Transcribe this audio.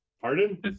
Pardon